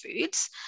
foods